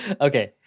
okay